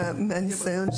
מהניסיון,